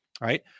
right